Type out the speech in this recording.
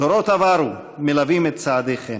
עברו מלווים את צעדיכם.